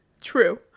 true